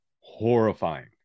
Horrifying